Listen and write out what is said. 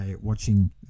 Watching